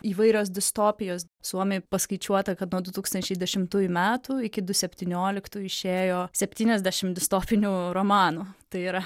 įvairios distopijos suomijoj paskaičiuota kad nuo du tūkstančiai dešimtųjų metų iki du septynioliktų išėjo septyniasdešim distofinių romanų tai yra